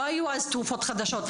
לא היו אז תרופות חדשות.